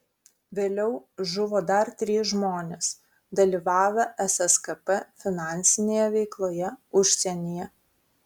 vėliau žuvo dar trys žmonės dalyvavę sskp finansinėje veikloje užsienyje